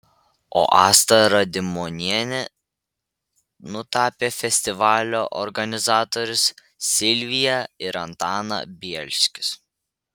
o asta radimonienė nutapė festivalio organizatorius silviją ir antaną bielskius